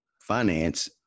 finance